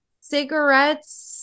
cigarettes